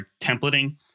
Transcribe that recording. templating